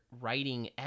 writing